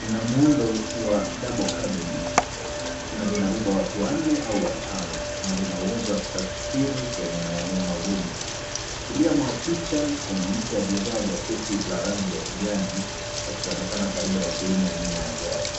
lina muundo wa double cabin na linabeba watu wanne au watano na lina uwezo wa kusafiri kwenye maeneo magumu. Kulia mwa picha, kuna mtu aliyevaa jaketi la rangi ya kijani, akionekana karibu na sehemu ya nyuma ya gari.